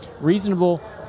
reasonable